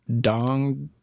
Dong